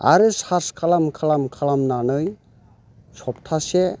आरो सार्च खालाम खालाम खालामनानै सबथासे